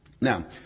Now